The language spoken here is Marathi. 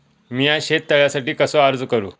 मीया शेत तळ्यासाठी कसो अर्ज करू?